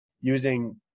using